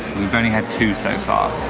we've only had two so far.